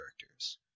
characters